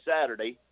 Saturday